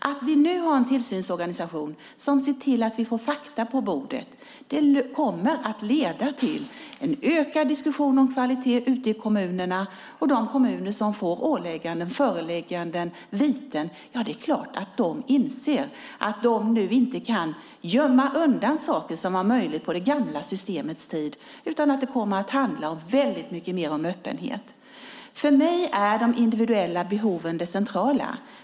Att vi nu har en tillsynsorganisation som ser till att vi får fakta på bordet kommer att leda till en ökad diskussion om kvalitet ute i kommunerna, och det är klart att de kommuner som får förelägganden eller viten kommer att inse att de inte kan gömma undan saker, vilket var möjligt på det gamla systemets tid, utan att det kommer att handla om mycket mer öppenhet. För mig är de individuella behoven det centrala.